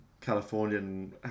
Californian